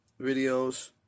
videos